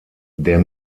der